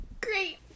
Great